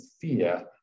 fear